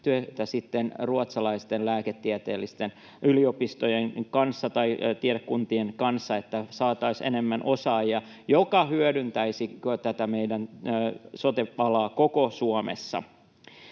ruotsalaisten lääketieteellisten yliopistojen kanssa tai tiedekuntien kanssa, että saataisiin enemmän osaajia, mikä hyödyttäisi tätä meidän sote-alaa koko Suomessa.